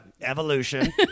evolution